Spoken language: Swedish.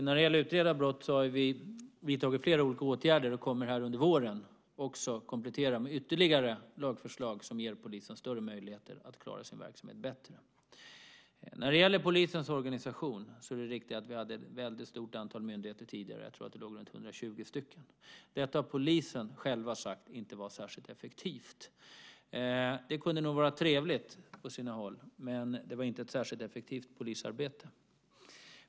När det gäller att utreda brott har vi vidtagit flera olika åtgärder och kommer under våren också att komplettera med ytterligare lagförslag som ger polisen större möjligheter att klara sin verksamhet bättre. När det gäller polisens organisation är det riktigt att vi hade ett väldigt stort antal myndigheter tidigare; jag tror att det låg på runt 120 stycken. Detta, har polisen själv sagt, var inte särskilt effektivt. Det kunde nog vara trevligt på sina håll, men det var inte ett särskilt effektivt polisarbete.